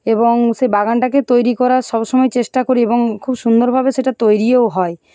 এবং সেই বাগানটাকে তৈরি করার সব সময় চেষ্টা করি এবং খুব সুন্দরভাবে সেটা তৈরিও হয়